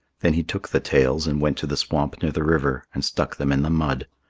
then he took the tails and went to the swamp near the river and stuck them in the mud.